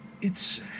it's-